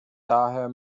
daher